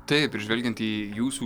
taip ir žvelgiant į jūsų